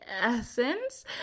essence